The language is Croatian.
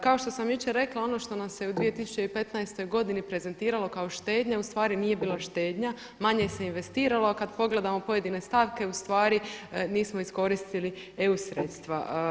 Kao što sam jučer rekla ono što nam se u 2015. godini prezentiralo kao štednja u stvari nije bila štednja, manje se investiralo, a kad pogledamo pojedine stavke u stvari nismo iskoristili EU sredstva.